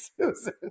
Susan